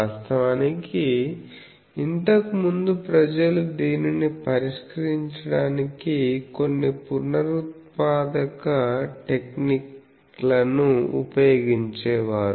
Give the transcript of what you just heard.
వాస్తవానికి ఇంతకు ముందు ప్రజలు దీనిని పరిష్కరించడానికి కొన్ని పునరుత్పాదక టెక్నిక్లను ఉపయోగించేవారు